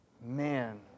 Man